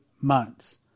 months